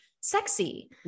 sexy